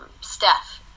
Steph